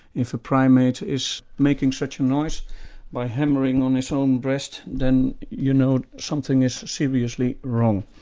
if a primate is making such a noise by hammering on his own breast, then you know something is seriously wrong.